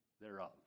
thereof